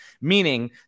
meaning